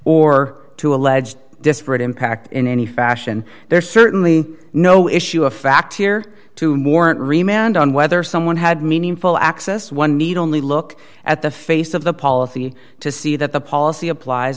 or to alleged disparate impact in any fashion there's certainly no issue of fact here to morrow at remained on whether someone had meaningful access one need only look at the face of the policy to see that the policy applies